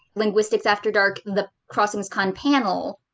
linguistics after dark, the crossingscon panel,